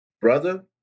Brother